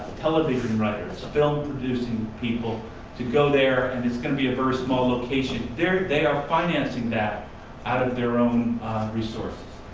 television writers, film producing people to go there and it's going to be a very small location. they are financing that out of their own resources.